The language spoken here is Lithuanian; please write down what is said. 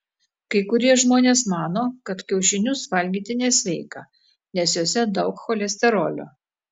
kai kurie žmonės mano kad kiaušinius valgyti nesveika nes juose daug cholesterolio